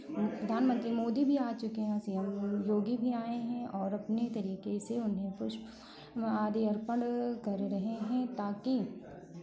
प्रधानमन्त्री मोदी भी आ चुके हैं और सी एम योगी भी आए हैं और अपने तरीके से उन्हें पुष्प आदि अर्पण कर रहे हैं ताकि